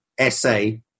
essay